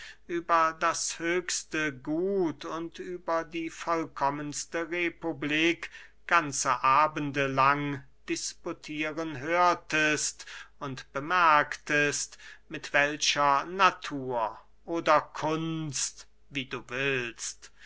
über das höchste gut und über die vollkommenste republik ganze abende lang disputieren hörtest und bemerktest mit welcher natur oder kunst wie du willst